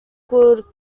would